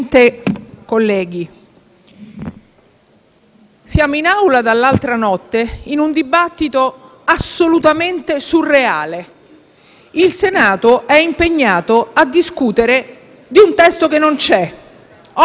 siamo in Aula dall'altra notte con un dibattito assolutamente surreale: il Senato è impegnato a discutere di un testo che non c'è. Oggi, 21 dicembre,